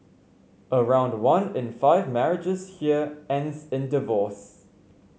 around one in five marriages here ends in divorce